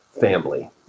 family